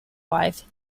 wife